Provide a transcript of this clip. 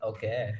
Okay